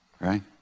right